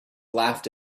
laughed